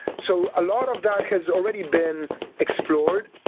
so a lot of that has already been explored,